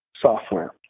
software